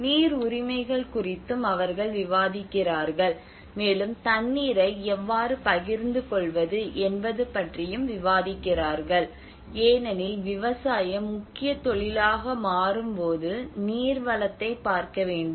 நீர் உரிமைகள் குறித்தும் அவர்கள் விவாதிக்கிறார்கள் மேலும் தண்ணீரை எவ்வாறு பகிர்ந்து கொள்வது என்பது பற்றியும் விவாதிக்கிறார்கள் ஏனெனில் விவசாயம் முக்கிய தொழிலாக மாறும்போது நீர் வளத்தைப் பார்க்க வேண்டும்